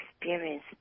experience